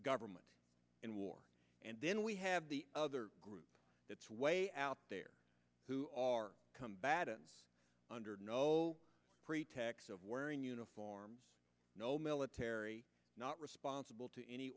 government in war and then we have the other group that's way out there who are come bad and under no pretext of wearing uniforms no military not responsible to any